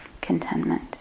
contentment